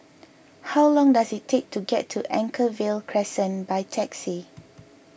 how long does it take to get to Anchorvale Crescent by taxi